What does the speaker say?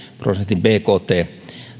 prosentin bkt